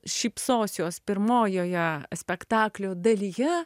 šypsosiuos pirmojoje spektaklio dalyje